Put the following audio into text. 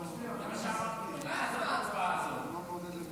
שירותים פיננסיים (ייעוץ, שיווק ומערכת סליקה